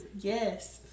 Yes